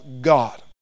God